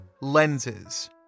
lenses